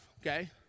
okay